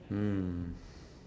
mm